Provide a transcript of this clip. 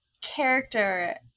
character